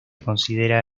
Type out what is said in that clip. considera